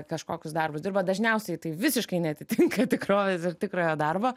kažkokius darbus dirba dažniausiai tai visiškai neatitinka tikrovės ir tikrojo darbo